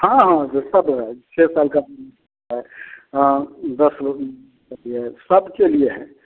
हाँ हाँ यह सब है छः साल का भी है हाँ दस लोगन का भी है सबके लिए हैं